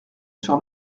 sur